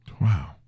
Wow